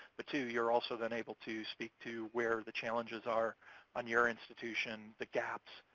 but, two, you're also then able to speak to where the challenges are on your institution, the gaps,